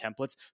templates